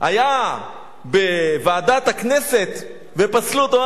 היה בוועדת הכנסת ופסלו אותו,